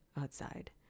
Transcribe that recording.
outside